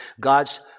God's